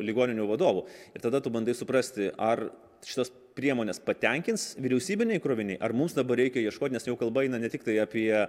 ligoninių vadovų ir tada tu bandai suprasti ar šitas priemones patenkins vyriausybiniai kroviniai ar mums dabar reikia ieškot nes jau kalba eina ne tiktai apie